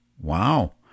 Wow